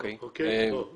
בואו נמשיך.